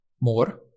more